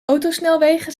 autosnelwegen